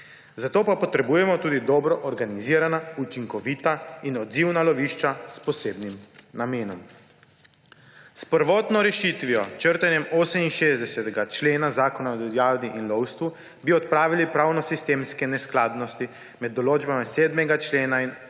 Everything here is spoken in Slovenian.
Za to pa potrebujemo tudi dobro organizirana, učinkovita in odzivna lovišča s posebnim namenom. S prvotno rešitvijo, črtanjem 68. člena Zakona o divjadi in lovstvu, bi odpravili pravnosistemske neskladnosti med določbami 7. člena in 68. člena